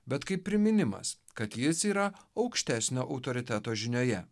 bet kaip priminimas kad jis yra aukštesnio autoriteto žinioje